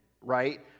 right